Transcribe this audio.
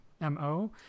MO